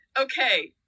Okay